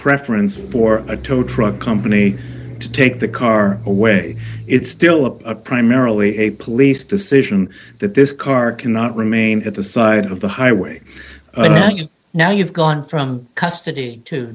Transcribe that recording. preference for a tow truck company to take the car away it's still a primarily a police decision that this car cannot remain at the side of the highway and now you've gone from custody to